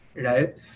right